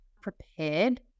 prepared